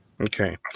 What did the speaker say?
Okay